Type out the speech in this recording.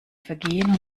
vergehen